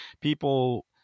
people